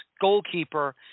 goalkeeper